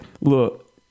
look